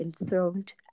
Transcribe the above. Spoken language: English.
enthroned